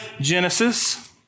Genesis